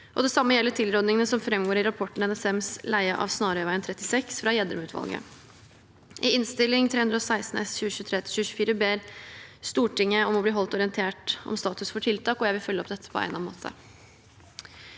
Det samme gjelder tilrådningene som framgår i rapporten «NSMs leie av Snarøyveien 36» fra Gjedrem-utvalget. I Innst. 316 S for 2023–2024 ber Stortinget om å bli holdt orientert om status for tiltak, og jeg vil følge opp dette på egnet måte.